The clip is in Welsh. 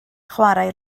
chwarae